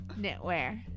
Knitwear